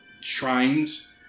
shrines